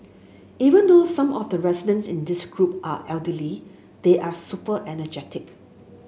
even though some of the residents in this group are elderly they are super energetic